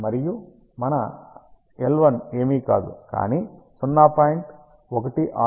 మరియు మన l 1 ఏమీ కాదు కానీ 0168 λ అని చూస్తాము